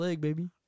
baby